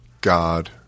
God